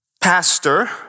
pastor